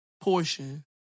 portion